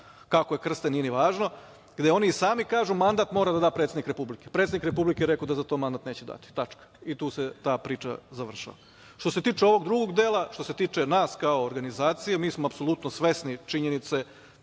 kako je krste nije ni važno, gde i oni sami kažu - mandat mora da da predsednik Republike. Predsednik Republike je rekao da za to mandat neće dati, tačka i tu se ta priča završava. Što se tiče ovog drugog dela, što se tiče nas kao organizacije, mi smo apsolutno svesni činjenice